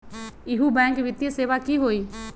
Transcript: इहु बैंक वित्तीय सेवा की होई?